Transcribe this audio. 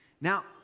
Now